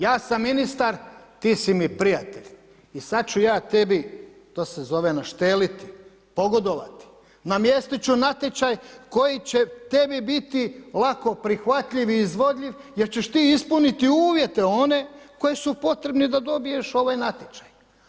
Ja sam ministar, ti si mi prijatelj i sad ću ja tebi, to se zove našteliti, pogodovati, namjestit ću natječaj koji će tebi biti lako prihvatljiv i izvodljiv jer ćeš ti ispuniti uvjete one koji su potrebni da dobiješ ovaj natječaj.